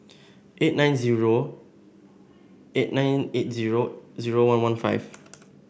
eight nine zero eight nine eight zero zero one one five